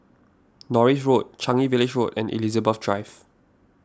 Norris Road Changi Village Road and Elizabeth Drive